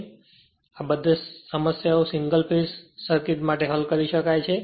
તેથી આ બધી સમસ્યાઓ સિંગલ ફેઝ સર્કિટ માટે હલ કરી શકાય છે